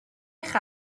eich